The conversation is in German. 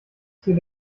hier